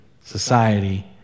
society